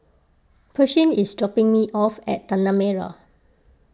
Pershing is dropping me off at Tanah Merah